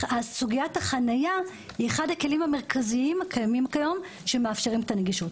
סוגיית החניה היא אחד הכלים המרכזיים הקיים כיום שמאפשרים את הנגישות.